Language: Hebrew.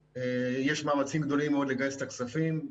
יש מאמצים גדולים מאוד לגייס את הכספים.